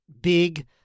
big